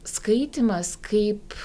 skaitymas kaip